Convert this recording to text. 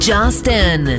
Justin